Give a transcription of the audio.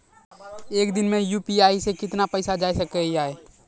एक दिन मे यु.पी.आई से कितना पैसा जाय सके या?